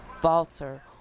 falter